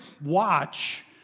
watch